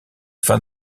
fin